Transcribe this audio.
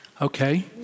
Okay